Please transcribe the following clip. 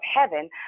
heaven